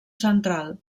central